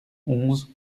onze